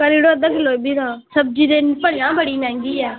करी ओड़ेओ अद्धी किलो तां सब्ज़ी बड़ी गै मैहंगी ऐ